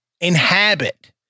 inhabit